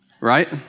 right